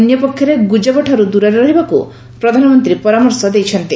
ଅନ୍ୟପକ୍ଷରେ ଗୁଜବ ଠାରୁ ଦୂରରେ ରହିବାକୁ ପ୍ରଧାନମନ୍ତୀ ପରାମର୍ଶ ଦେଇଛନ୍ତି